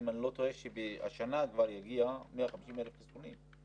אם אני לא טועה, שהשנה כבר יגיעו 150,000 חיסונים.